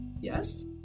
Yes